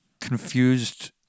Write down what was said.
confused